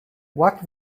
what